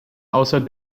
außer